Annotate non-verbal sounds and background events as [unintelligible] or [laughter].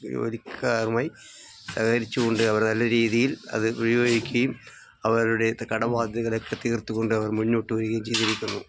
[unintelligible] ക്കാരുമായി സഹകരിച്ചുകൊണ്ട് അവർ നല്ല രീതിയിൽ അത് ഉപയോഗിക്കുകയും അവരുടെ കടബാധ്യകളൊക്കെ തീർത്തുകൊണ്ട് അവർ മുന്നോട്ടുവരികയും ചെയ്തിരിക്കുന്നു